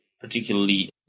particularly